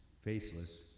faceless